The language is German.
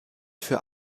für